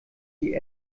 die